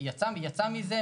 היא יצאה מזה,